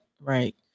Right